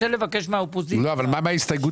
הצבעה בעד ההסתייגות